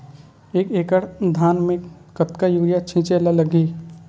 एक एकड़ धान में कतका यूरिया छिंचे ला लगही?